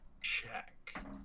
check